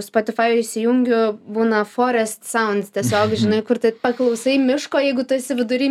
spotifai įsijungiu būna forests saunds tiesiog žinai kur taip paklausai miško jeigu tu esi vidury